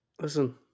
Listen